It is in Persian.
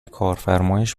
کارفرمایش